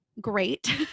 great